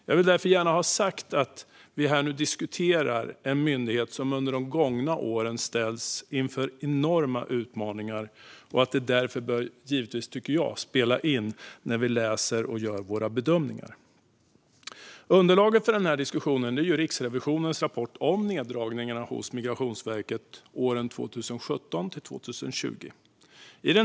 Jag vill därför gärna ha sagt att vi här nu diskuterar en myndighet som under de gångna åren har ställts inför enorma utmaningar och att detta givetvis, tycker jag, bör spela in när vi gör våra bedömningar. Underlaget för den här diskussionen är Riksrevisionens rapport om neddragningarna hos Migrationsverket 2017-2020.